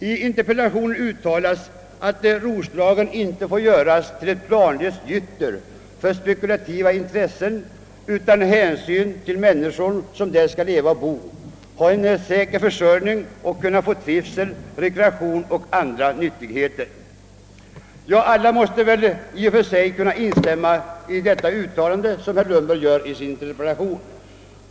I interpellationen heter det: »Roslagen får inte göras till ett planlöst gytter för spekulativa intressen utan hänsyn till människor som där skall leva och bo, ha en säker försörjning och kunna få trivsel, rekreation och andra nyttigheter.» Alla måste väl instämma i det uttalandet.